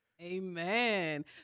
Amen